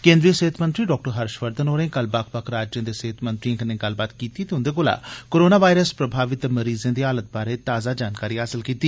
केन्द्री सेह्त मंत्री हर्ष वर्धन होरें कल बक्ख बक्ख राज्य दे सेह्त मंत्रिएं कन्नै गल्लबात कीती ते उंदे कोला कोरोना वायरस प्रभावत मरीजें दी हालत बारे ताजा जानकारी हासल कीती